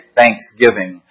thanksgiving